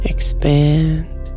Expand